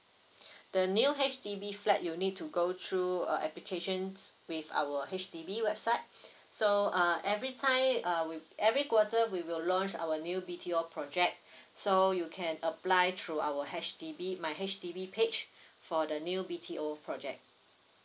the new H_D_B flat you need to go through uh applications with our H_D_B website so uh every time uh we every quarter we will launch our new B_T_O project so you can apply through our H_D_B my H_D_B page for the new B_T_O project